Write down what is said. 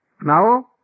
Now